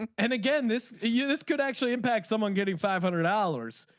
and and again this year this could actually impact someone getting five hundred dollars.